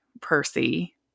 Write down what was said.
Percy